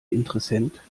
interessent